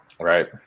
Right